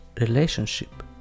relationship